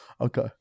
Okay